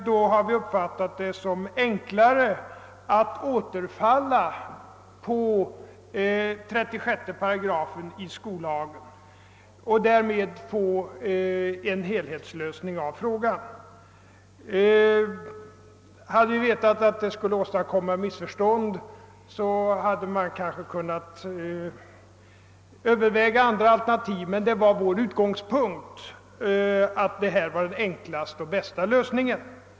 Då uppfattade vi det som enklare att falla tillbaka på 36 § i skollagen och därmed få en helhetslösning av frågan. Hade vi vetat att detta skulle åstadkomma 'missförstånd hade vi kanske övervägt andra alternativ, men vi ansåg att detta vär den enklaste och bästa lösningen. '